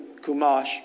Kumash